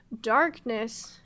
Darkness